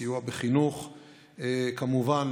סיוע בחינוך כמובן,